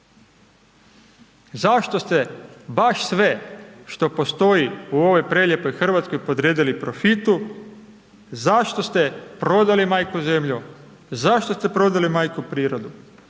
Zašto ste baš sve što postoji u ovoj prelijepoj Hrvatskoj, podredili profitu, zašto ste prodali majku Zemlju, zašto ste prodali majku prirodu,